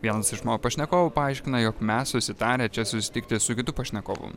vienas iš mano pašnekovų paaiškina jog mes susitarę čia susitikti su kitu pašnekovu